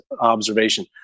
observation